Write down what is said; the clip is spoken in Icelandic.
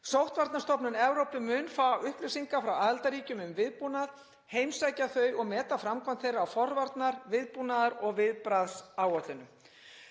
Sóttvarnastofnun Evrópu mun fá upplýsingar frá aðildarríkjum um viðbúnað, heimsækja þau og meta framkvæmd þeirra á forvarna-, viðbúnaðar- og viðbragðsáætlunum.